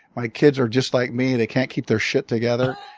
my kids are just like me they can't keep their shit together.